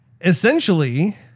Essentially